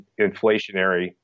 inflationary